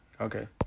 Okay